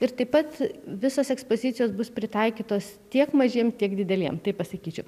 ir taip pat visos ekspozicijos bus pritaikytos tiek mažiem tiek dideliem taip pasakyčiau